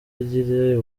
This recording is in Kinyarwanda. agira